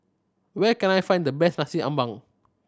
where can I find the best Nasi Ambeng